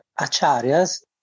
Acharyas